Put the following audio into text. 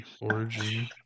origin